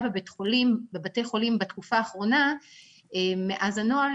בבתי החולים בתקופה האחרונה מאז הנוהל,